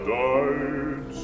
died